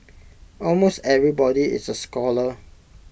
almost everybody is A scholar